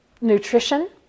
nutrition